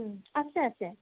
আছে আছে